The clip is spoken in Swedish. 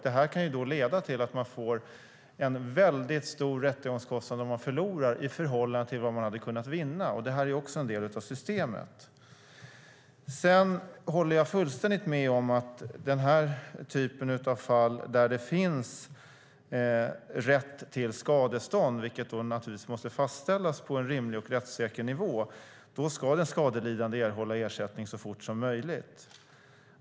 Det kan då leda till att man får en väldigt stor rättegångskostnad om man förlorar i förhållande till vad man hade kunnat vinna. Det här är också en del av systemet. Sedan håller jag fullständigt med om att i den typ av fall där det finns rätt till skadestånd, vilket naturligtvis måste fastställas på en rimlig och rättssäker nivå, ska den skadelidande erhålla ersättning så fort som möjligt.